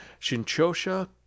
Shinchosha